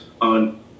on